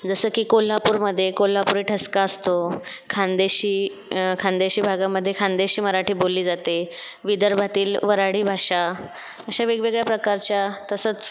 जसं की कोल्हापूरमध्ये कोल्हापुरी ठसका असतो खानदेशी खानदेशी भागामध्ये खानदेशी मराठी बोलली जाते विदर्भातील वराडी भाषा अशा वेगवेगळ्या प्रकारच्या तसंच